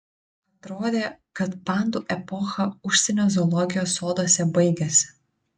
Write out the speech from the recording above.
atrodė kad pandų epocha užsienio zoologijos soduose baigėsi